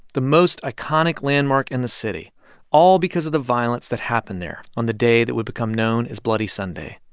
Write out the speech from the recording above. the most iconic landmark in the city all because of the violence that happened there on the day that would become known as bloody sunday.